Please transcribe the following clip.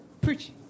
preach